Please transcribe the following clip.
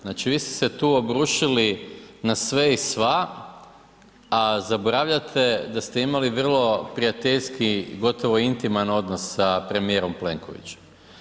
Znači vi ste se tu obrušili na sve i sva, a zaboravljate da ste imali vrlo prijateljski gotovo intiman odnos s premijerom Plenkovićem.